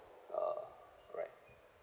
uh right